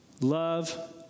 Love